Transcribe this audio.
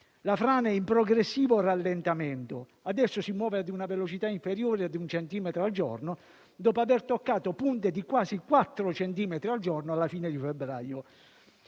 La frana è in progressivo rallentamento e adesso si muove a una velocità inferiore a un centimetro al giorno, dopo aver toccato punte di quasi quattro centimetri al giorno alla fine di febbraio.